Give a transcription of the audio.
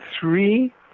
three